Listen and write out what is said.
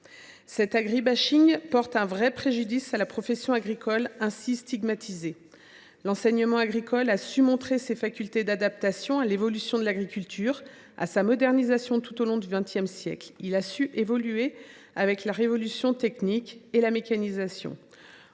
Cet agri porte un vrai préjudice à la profession agricole, ainsi stigmatisée. L’enseignement agricole a su montrer ses facultés d’adaptation à l’évolution de l’agriculture et à sa modernisation tout au long du XX siècle. Il a su évoluer avec la révolution technique et la mécanisation.